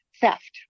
theft